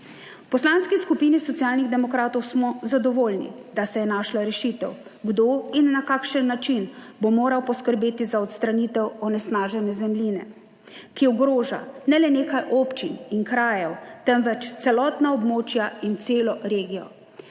Poslanski skupini Socialnih demokratov smo zadovoljni, da se je našla rešitev kdo in na kakšen način bo moral poskrbeti za odstranitev onesnažene zemljine, ki ogroža ne le nekaj občin in krajev, temveč celotna območja in celo regijo.